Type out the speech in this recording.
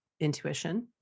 intuition